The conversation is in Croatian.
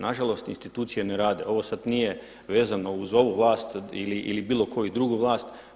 Na žalost institucije ne rade, ovo sad nije vezano uz ovu vlast ili bilo koju drugu vlast.